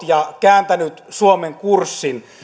ja kääntäneen suomen kurssin